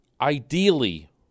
ideally